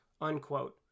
unquote